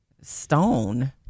stone